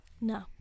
No